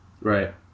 Right